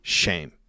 shame